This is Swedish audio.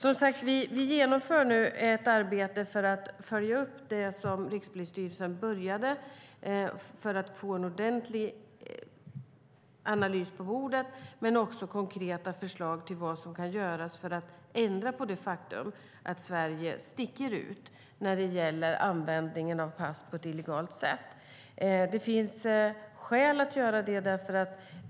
Vi genomför som sagt nu ett arbete för att följa upp det som Rikspolisstyrelsen började för att få en ordentlig analys på bordet och också konkreta förslag på vad som kan göras för att ändra på det faktum att Sverige sticker ut när det gäller användningen av pass på ett illegalt sätt. Det finns skäl att göra detta.